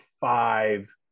five